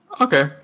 Okay